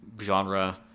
genre